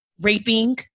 raping